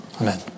Amen